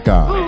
God